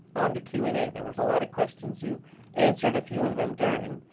on to q and a, there was a lot of questions, you answered a few of them during.